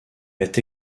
est